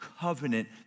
covenant